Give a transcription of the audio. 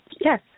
Yes